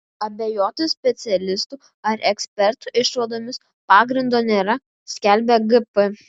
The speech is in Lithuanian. abejoti specialistų ar ekspertų išvadomis pagrindo nėra skelbia gp